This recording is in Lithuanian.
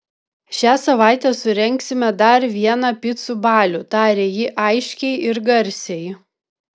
šią savaitę surengsime dar vieną picų balių tarė ji aiškiai ir garsiai